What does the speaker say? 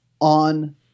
on